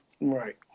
Right